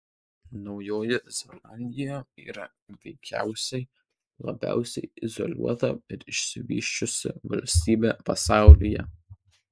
naujoji zelandija yra veikiausiai labiausiai izoliuota ir išsivysčiusi valstybė pasaulyje